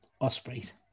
Ospreys